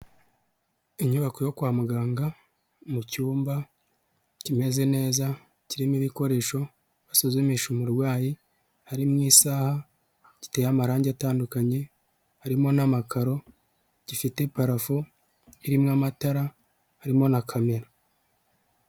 Inyubako yo kwa muganga mu cyumba kimeze neza, kirimo ibikoresho basuzumisha umurwayi hari mo isaha giteye amarangi atandukanye harimo n'amakaro gifite parafo irimo amatara harimo na camera.